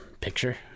picture